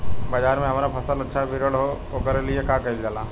बाजार में हमार फसल अच्छा वितरण हो ओकर लिए का कइलजाला?